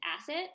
asset